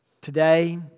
today